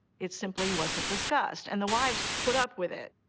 it simply wasn't discussed and the wives put up with it.